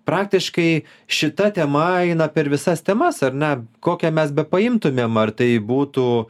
praktiškai šita tema eina per visas temas ar ne kokią mes bepaimtumėm ar tai būtų